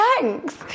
Thanks